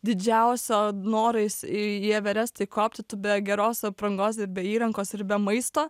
didžiausio norais į everestą kopti tu be geros aprangos be įrankos ir be maisto